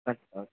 আচ্ছা